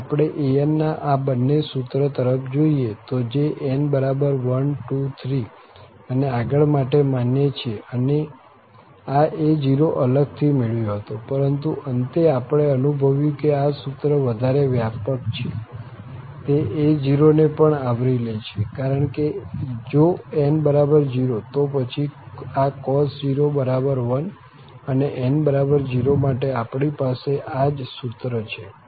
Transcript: જો આપણે an ના આ બન્ને સૂત્ર તરફ જોઈએ તો જે n 1 2 3 અને આગળ માટે માન્ય છે અને આ a0 અલગ થી મેળવ્યો હતો પરંતુ અંતે આપણે અનુભવ્યું કે આ સૂત્ર વધારે વ્યાપક છે તે a0 ને પણ આવરી લે છે કારણ કે જો n0 તો પછી આ cos 0 1 અને n0 માટે આપણી પાસે આ જ સૂત્ર છે